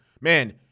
man